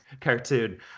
cartoon